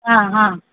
हाँ हाँ